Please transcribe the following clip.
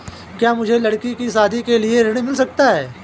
क्या मुझे लडकी की शादी के लिए ऋण मिल सकता है?